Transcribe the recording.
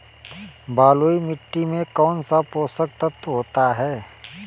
बलुई मिट्टी में कौनसे पोषक तत्व होते हैं?